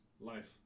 life